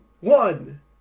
one